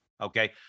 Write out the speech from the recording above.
okay